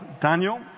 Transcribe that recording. Daniel